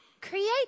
create